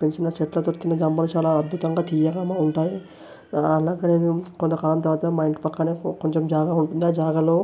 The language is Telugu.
పెంచిన చెట్లతో తిన్న జామపండ్లు చాలా అద్బుతంగా తియ్యగాను ఉంటాయి అలాగ నేను కొంతకాలం తర్వాత మా ఇంటి పక్కనే కొంచెం జాగా ఉంటుంది ఆ జాగాలో